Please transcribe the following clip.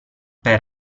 per